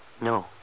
No